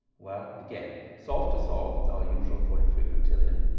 well again solved to solved is our usual forty three quintillion.